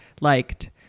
liked